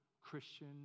Christian